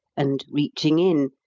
and, reaching in,